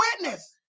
witness